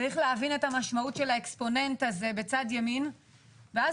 צריך להבין את המשמעות של האקספוננט הזה בצד ימין ואז